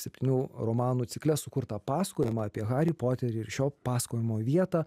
septynių romanų cikle sukurtą pasakojimą apie harį poterį ir šio pasakojimo vietą